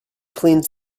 cleans